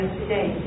today